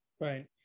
Right